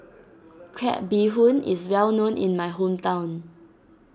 Crab Bee Hoon is well known in my hometown